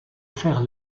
faire